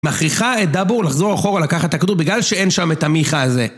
מכריחה את דבור לחזור אחורה לקחת את הכדור בגלל שאין שם את המיכה הזה